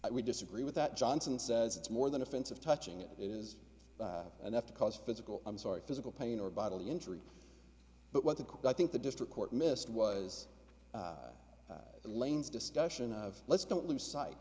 i would disagree with that johnson says it's more than offensive touching it is enough to cause physical i'm sorry physical pain or bodily injury but what the court i think the district court missed was lane's discussion of let's don't lose sight